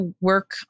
work